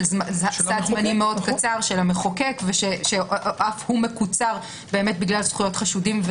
סד זמנים מאוד קצר של המחוקק ואף הוא מקוצר בגלל זכויות חשודים.